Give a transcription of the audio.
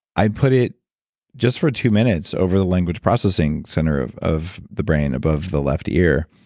i put it just for two minutes over the language processing center of of the brain above the left ear,